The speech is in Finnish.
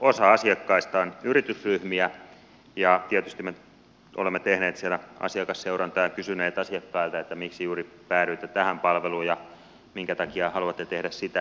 osa asiakkaista on yritysryhmiä ja tietysti me olemme tehneet siellä asiakasseurantaa ja kysyneet asiakkailta että miksi päädyitte juuri tähän palveluun ja minkä takia haluatte tehdä sitä